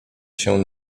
się